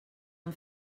han